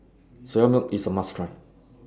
Soya Milk IS A must Try